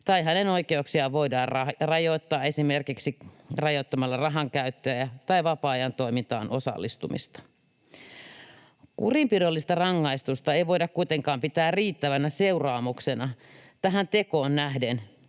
tai hänen oikeuksiaan voidaan rajoittaa esimerkiksi rajoittamalla rahankäyttöä tai vapaa-ajan toimintaan osallistumista. Kurinpidollista rangaistusta ei voida kuitenkaan pitää riittävänä seuraamuksena tähän tekoon nähden